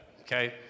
Okay